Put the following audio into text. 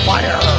Fire